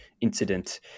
incident